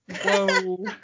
whoa